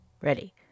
Ready